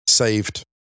Saved